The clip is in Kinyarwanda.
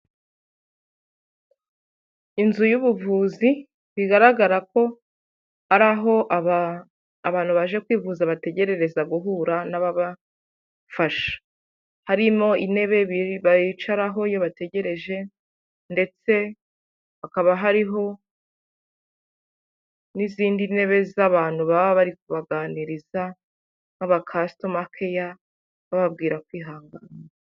Inzu y'ubuvuzi bigaragara ko ari aho abantu baje kwivuza bategereza guhura n'ababafasha, harimo intebe bicaraho iyo bategereje ndetse hakaba hariho n'izindi ntebe z'abantu baba bari kubaganiriza nk'abakasitoma keya, bababwira kwihangana.